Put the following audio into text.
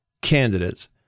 candidates